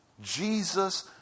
Jesus